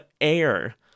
air